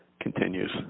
continues